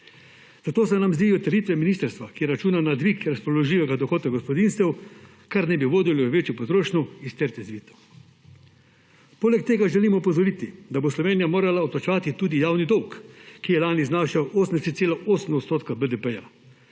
Zato se nam zdijo trditve ministrstva, ki računa na dvig razpoložljivega dohodka gospodinjstev, kar naj bi vodilo v večjo potrošnjo, iz trte izvite. Poleg tega želimo opozoriti, da bo Slovenija morala odplačevati tudi javni dolg, ki je lani znašal 80,8 % BDP.